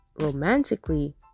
romantically